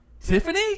tiffany